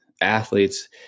athletes